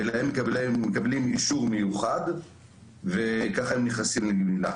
שלגביהם מקבלים אישור מיוחד וככה הם נכנסים לגמילה,